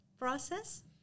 process